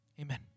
amen